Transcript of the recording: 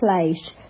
place